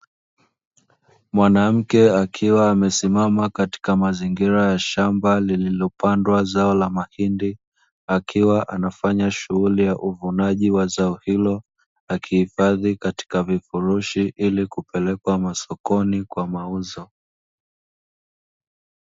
Mwanamke akiwa amesimama katika mazingira ya shamba lililopandwa zao la mahindi, akiwa anafanya shughuli ya uvunaji wa zao hilo, akihifadhi katika vifurushi ili kupelekwa sokoni kwa mauzo.